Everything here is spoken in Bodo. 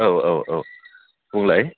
औ औ औ बुंलाय